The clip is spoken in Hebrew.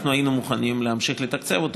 אנחנו היינו מוכנים להמשיך לתקצב אותו,